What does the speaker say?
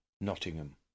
Nottingham